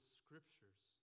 scriptures